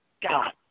God